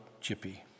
Chippy